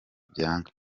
byanga